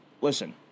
Listen